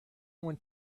went